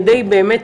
כדי באמת,